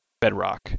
Bedrock